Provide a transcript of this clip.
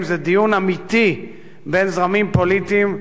זה דיון אמיתי בין זרמים פוליטיים,